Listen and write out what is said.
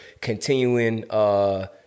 continuing